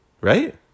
right